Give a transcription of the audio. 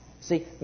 See